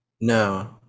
No